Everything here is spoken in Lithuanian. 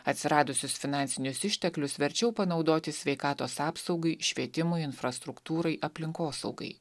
atsiradusius finansinius išteklius verčiau panaudoti sveikatos apsaugai švietimui infrastruktūrai aplinkosaugai